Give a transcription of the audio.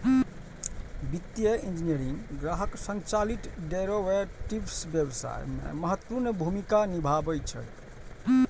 वित्तीय इंजीनियरिंग ग्राहक संचालित डेरेवेटिव्स व्यवसाय मे महत्वपूर्ण भूमिका निभाबै छै